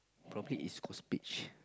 probably East Coast Beach